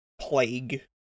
plague